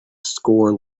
score